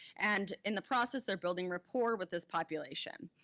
and in the process they're building rapport with this population.